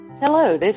Hello